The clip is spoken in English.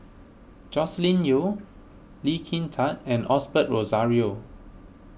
Joscelin Yeo Lee Kin Tat and Osbert Rozario